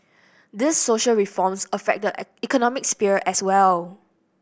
these social reforms affect economic sphere as well